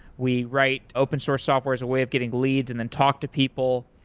we write open-source software as a way of getting leads and then talk to people.